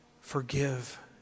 forgive